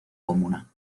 comuna